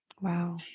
Wow